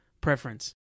preference